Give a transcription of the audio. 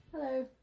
Hello